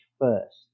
first